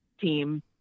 team